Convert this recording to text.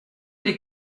les